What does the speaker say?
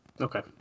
Okay